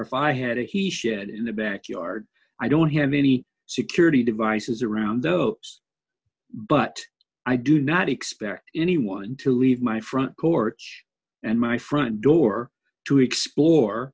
if i had a he said in the backyard i don't have any security devices around those but i do not expect anyone to leave my front porch and my front door to explore